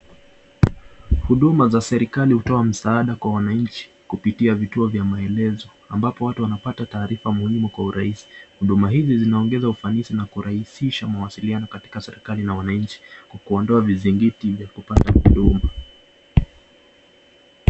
Huduma za serikali hutoa msaada kwa wananchi kupitia vituo vya maelezo, ambapo watu wanapata taarifa muhimu kwa urahisi, huduma hizi zinaongeza ufanisi na kurahisisha mahusiano katika serikali ya wananchi kwa kuondoa vizingiti vya kupata huduma.